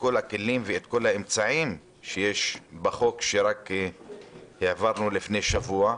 כל הכלים והאמצעים שיש בחוק שהעברנו לפני שבוע,